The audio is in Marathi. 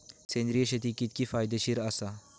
सेंद्रिय शेती कितकी फायदेशीर आसा?